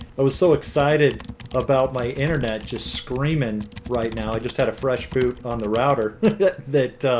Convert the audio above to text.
i was so excited about my internet just screaming right now i just had a fresh boot on the router that that